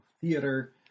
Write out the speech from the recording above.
theater